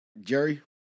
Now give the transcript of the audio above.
Jerry